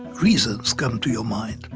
reasons come to your mind.